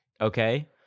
Okay